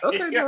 Okay